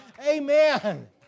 Amen